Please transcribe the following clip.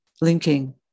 linking